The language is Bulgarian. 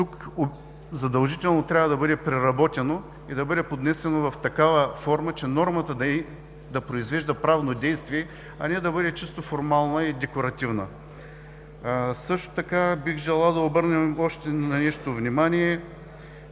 Тук задължително трябва да бъде преработено и да бъде поднесено в такава форма, че нормата да произвежда правно действие, а не да бъде чисто формална и декларативна. Бих желал да обърнем внимание